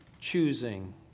choosing